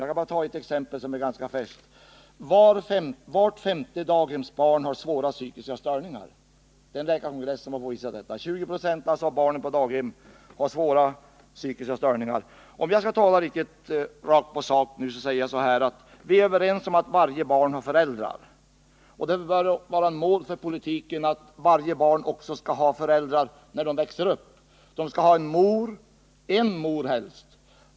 Jag kan ta ett exempel som är ganska färskt. En läkarkongress har påvisat att vart femte daghemsbarn — alltså 20 96 — har svåra psykiska störningar. Om jag nu skall tala riktigt rakt på sak, så vill jag säga följande. Vi är överens om att varje barn har föräldrar. Det bör vara ett mål för politiken att alla barn också skall ha föräldrar när de växer upp. De skall ha en mor — helst en mor.